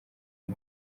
uwo